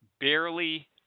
barely